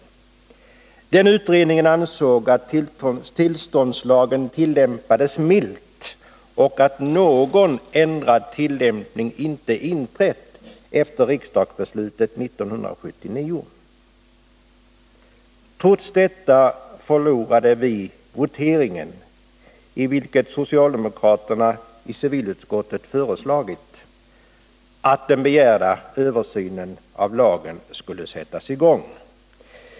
23 november 1981 Den utredningen ansåg att tillståndslagen tillämpades milt och att någon ändring i tillämpningen inte inträtt efter riksdagsbeslutet 1979. Trots detta förlorade vi voteringen, där det förelåg ett förslag från socialdemokraterna i civilutskottet om att den begärda översynen av lagen skulle sättas i gång.